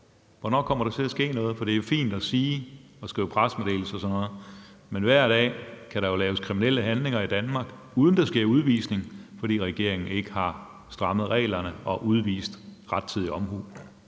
hr. integrationsminister. For det er jo fint, at man skriver pressemeddelelser og sådan noget, men hver dag kan der jo laves kriminelle handlinger i Danmark, uden at der sker udvisning, fordi regeringen ikke har strammet reglerne og udvist rettidig omhu.